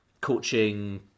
coaching